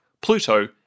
Pluto